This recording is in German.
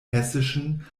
hessischen